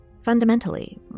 fundamentally